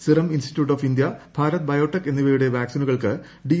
serum Institute of India Bharat Biotech എന്നിവയുടെ വാക്സിനുകൾക്ക് D